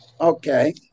Okay